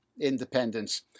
independence